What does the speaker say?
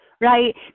Right